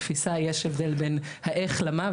יש הבדל בין האיך למה,